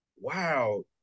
wow